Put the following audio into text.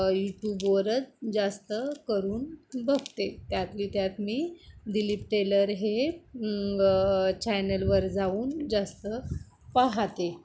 यूट्यूबवरच जास्त करून बघते त्यातली त्यात मी दिलीप टेलर हे चॅनलवर जाऊन जास्त पाहते